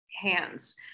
hands